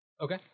Okay